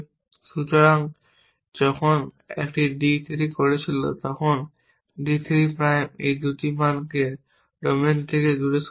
সুতরাং যখন এটি d 3 করছিল তখন d 3 prime এই দুটি মানকে ডোমেইন থেকে দূরে সরিয়ে দিয়েছে